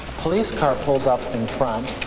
police car pulls up in front,